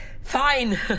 fine